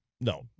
No